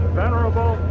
venerable